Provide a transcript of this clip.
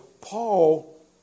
Paul